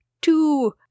two